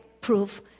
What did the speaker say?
proof